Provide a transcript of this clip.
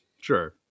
Sure